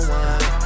one